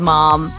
Mom